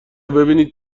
ببینید